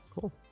cool